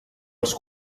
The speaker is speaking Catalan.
els